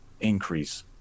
increase